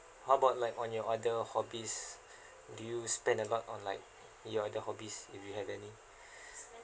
how about like on your other hobbies do you spend a lot on like your other hobbies if you have any